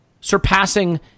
surpassing